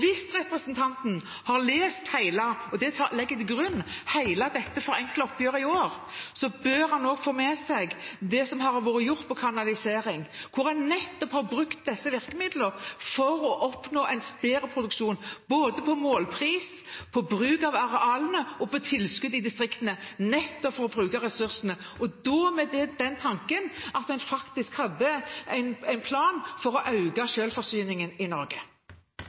det legger jeg til grunn – bør han også ha fått med seg det som har vært gjort på kanalisering, hvor en har brukt disse virkemidlene for å oppnå en bedre produksjon, både på målpris, på bruk av arealene og på tilskudd i distriktene, nettopp for å bruke ressursene – og da med den tanken at en faktisk hadde en plan for å øke selvforsyningen i Norge.